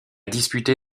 disputé